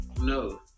No